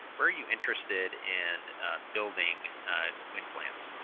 where are you interested in building wind plants?